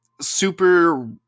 super